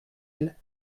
elle